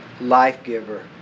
life-giver